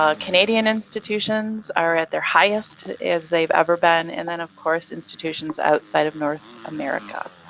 ah canadian institutions are at their highest as they've ever been and then of course institutions outside of north america.